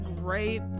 Great